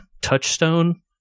touchstone